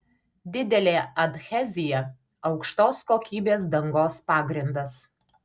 didelė adhezija aukštos kokybės dangos pagrindas